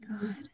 god